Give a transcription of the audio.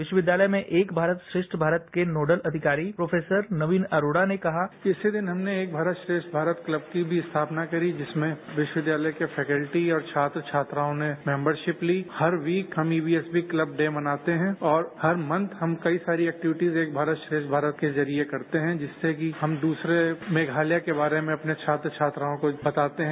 विश्वविद्यालय में एक भारत श्रेष्ठ भारत के नोडल अधिकारी प्रोफेसर नवीन अपोड़ा ने कहा इसी दिन हमर्न एक मास्त श्रेव्ड भारत क्लब की भी स्थापना करी जिसमें विश्वविद्यालय के प्रैकल्टी और छात्र छात्रायों ने मेम्बरशिप ली हर वीक हम ईवीएसबी क्लब डे मनाते हैं और हर मंच हम कई सारी एक्टिविटीज एक भारत श्रेष्ठ भारत के जरिए हम करते हैं जिससे कि हम दूसरे मेघालय के बारे में अपने छात्र छात्राओं को बताते हैं